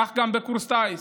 כך גם בקורס טיס,